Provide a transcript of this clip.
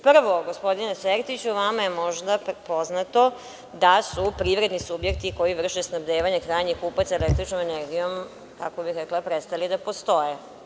Prvo, gospodine Sertiću, vama je možda poznato da su privredni subjekti koji vrše snabdevanje krajnjih kupaca električnom energijom, kako bih rekla prestali da postoje.